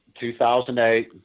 2008